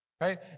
right